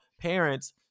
parents